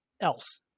else